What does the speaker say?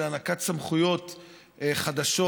של הענקת סמכויות חדשות,